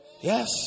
Yes